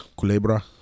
Culebra